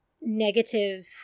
negative